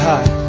High